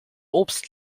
obst